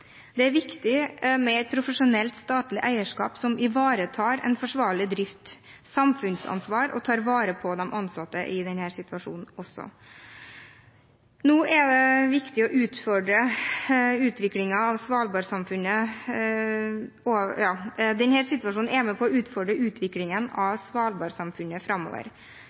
Det er viktig med et profesjonelt statlig eierskap som ivaretar forsvarlig drift og samfunnsansvar og tar vare på de ansatte i denne situasjonen. Denne situasjonen er med på å utfordre utviklingen av svalbardsamfunnet framover. Stortinget har bedt regjeringen om å komme med en svalbardmelding som kan beskrive retningen for hvordan samfunnet i Longyearbyen kan utvikles framover